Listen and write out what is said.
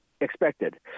expected